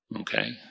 okay